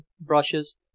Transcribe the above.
brushes